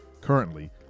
currently